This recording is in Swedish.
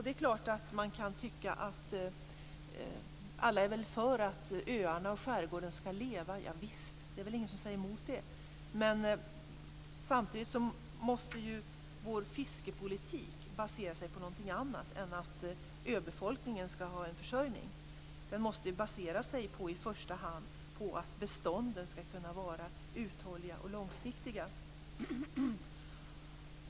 Det är klart att man kan tycka att alla väl är för att öarna och skärgården skall leva. Ja visst, det är väl ingen som säger emot det. Men samtidigt måste ju vår fiskepolitik basera sig på något annat än att öbefolkningen skall ha en försörjning. Den måste ju i första hand basera sig på att bestånden skall kunna vara uthålliga och långsiktiga.